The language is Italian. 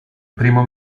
primo